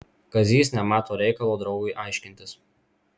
kazys nemato reikalo draugui aiškintis